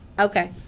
Okay